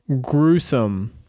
gruesome